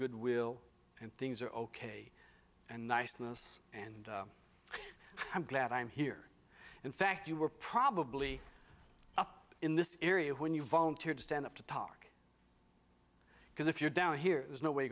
good will and things are ok and niceness and i'm glad i'm here in fact you were probably up in this area when you volunteered to stand up to talk because if you're down here there's no way